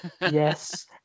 Yes